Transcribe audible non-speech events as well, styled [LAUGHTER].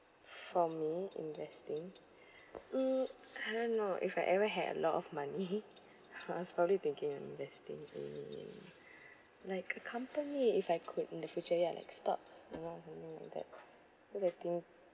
for me investing [BREATH] mm I don't know if I ever had a lot of money cause probably thinking investing in like a company if I could in the future ya like stocks you know and that because I think